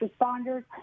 responders